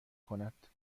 کند